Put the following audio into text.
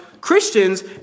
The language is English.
Christians